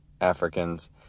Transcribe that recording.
Africans